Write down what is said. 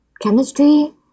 chemistry